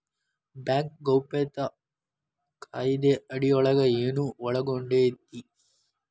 Bank ಗೌಪ್ಯತಾ ಕಾಯಿದೆ ಅಡಿಯೊಳಗ ಏನು ಒಳಗೊಂಡೇತಿ?